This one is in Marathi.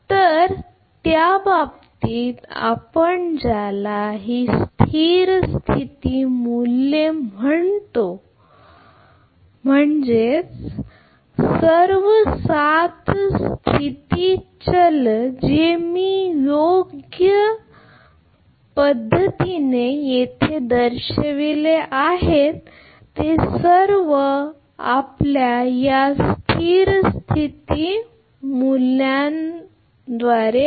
तर त्या बाबतीत आपण ज्याला ही स्थिर स्थिती मूल्ये मी म्हणजे सर्व सात राज्य चल जे मी योग्य दर्शविले आहेत ते सर्व आपल्या या स्थिर स्थिती मूल्यांना आपल्याला मिळेल